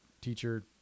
teacher